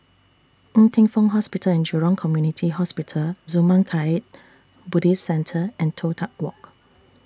Ng Teng Fong Hospital and Jurong Community Hospital Zurmang Kagyud Buddhist Centre and Toh Tuck Walk